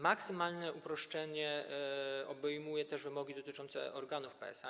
Maksymalne uproszczenie obejmuje też wymogi dotyczące organów PSA.